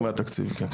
זה חלק מהתקציב, כן.